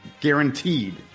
guaranteed